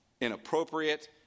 inappropriate